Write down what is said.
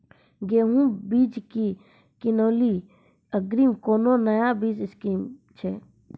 गेहूँ बीज की किनैली अग्रिम कोनो नया स्कीम छ?